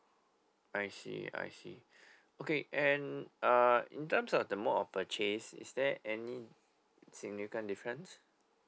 I see I see okay and uh in terms of the mode of purchase is there any significant difference